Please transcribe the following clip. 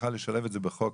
שנוכל לשלב בחוק.